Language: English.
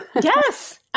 Yes